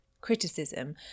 criticism